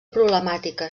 problemàtica